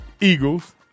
Eagles